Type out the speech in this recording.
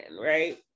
right